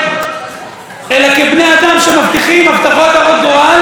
אלא כבני אדם שמבטיחים הבטחות הרות גורל,